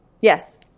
Yes